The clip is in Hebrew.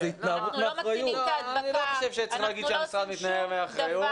אני לא חושב שצריך להגיד שהמשרד מתנער מאחריות.